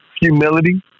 humility